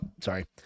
sorry